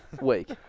Week